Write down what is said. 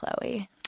Chloe